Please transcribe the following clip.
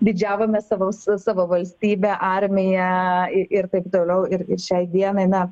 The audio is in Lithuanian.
didžiavomės savo s savo valstybe armija i ir taip toliau ir ir šiai dienai na